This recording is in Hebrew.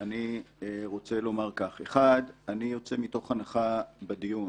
אני רוצה לומר כך: אני יוצא מתוך הנחה בדיון